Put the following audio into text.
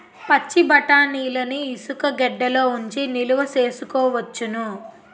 పచ్చిబఠాణీలని ఇసుగెడ్డలలో ఉంచి నిలవ సేసుకోవచ్చును